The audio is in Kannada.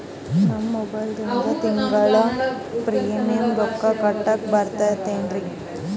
ನಮ್ಮ ಮೊಬೈಲದಾಗಿಂದ ತಿಂಗಳ ಪ್ರೀಮಿಯಂ ರೊಕ್ಕ ಕಟ್ಲಕ್ಕ ಬರ್ತದೇನ್ರಿ?